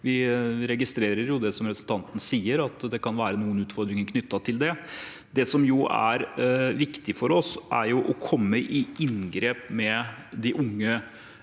Vi registrerer likevel det representanten sier, at det kan være noen utfordringer knyttet til det. Det som er viktig for oss, er å komme i inngrep med de unge